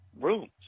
rooms